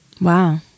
Wow